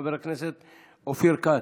חבר הכנסת אופיר כץ,